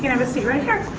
have a seat right here.